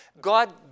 God